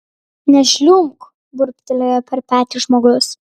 nežliumbk burbtelėjo per petį žmogus